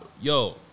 Yo